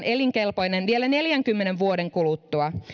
elinkelpoinen vielä neljänkymmenen vuoden kuluttua